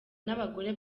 n’abagore